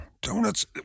donuts